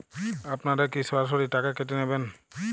আপনারা কি সরাসরি টাকা কেটে নেবেন?